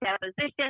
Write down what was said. deposition